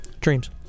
Dreams